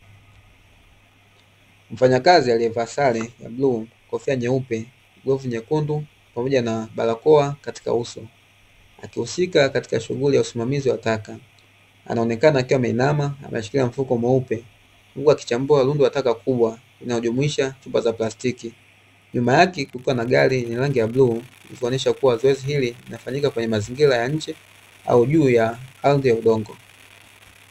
Mfanyakazi aliyevaa sare ya bluu, kofia nyeupe, glovu nyekundu pamoja na barakoa katika uso, akihusika katika shughuli ya usimamizi wa taka. Anaonekana akiwa ameinama ameshikilia mfuko mweupe, huku akichambua rundo la taka kubwa linalojumuisha chupa za plastiki. Nyuma yake kukiwa na gari yenye rangi ya bluu, ikionesha zoezi hili linafanyika kwenye mazingira ya njee au juu ya ardhi ya udongo.